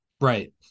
right